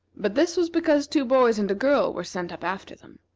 but this was because two boys and a girl were sent up after them.